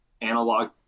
analog